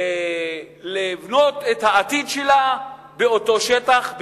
לבנות את העתיד שלה באותה שטח?